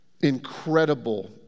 incredible